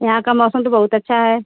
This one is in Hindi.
यहाँ का मौसम तो बहुत अच्छा है